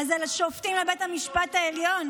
אז על השופטים בבית משפט העליון,